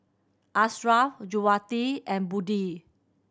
Ashraff Juwita and Budi